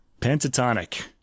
pentatonic